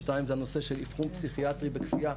שתיים זה הנושא של אבחון פסיכיאטרי בכפייה.